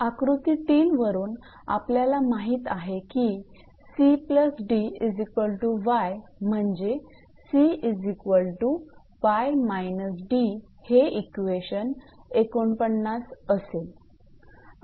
आकृती 3 वरून आपल्याला माहित आहे की 𝑐𝑑𝑦 म्हणजे 𝑐𝑦−𝑑 हे इक्वेशन 49 असेल